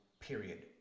period